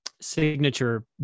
signature